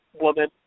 woman